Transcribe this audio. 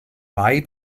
mai